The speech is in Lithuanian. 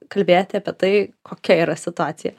kalbėti apie tai kokia yra situacija